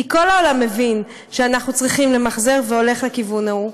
כי כל העולם מבין שאנחנו צריכים למחזר וזה הולך לכיוון ההוא,